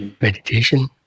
meditation